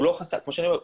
כמו שאני אומר,